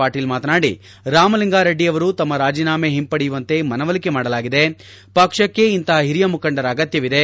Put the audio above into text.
ಪಾಟೀಲ್ ಮಾತನಾಡಿ ರಾಮಲಿಂಗಾರೆಡ್ಡಿಯವರು ತಮ್ಮ ರಾಜೀನಾಮೆ ಹಿಂಪಡೆಯುವಂತೆ ಮನವೊಲಿಕೆ ಮಾಡಲಾಗಿದೆ ಪಕ್ಷಕ್ಕೆ ಇಂತಹ ಹಿರಿಯ ಮುಖಂಡರ ಅಗತ್ತವಿದೆ